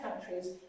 countries